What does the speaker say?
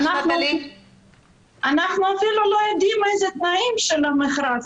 יצא מכרז ואנחנו אפילו לא יודעים מה תנאי המכרז.